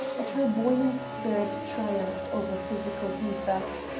but her buoyant spirit triumphed over physical defects,